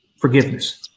forgiveness